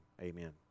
amen